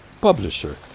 publisher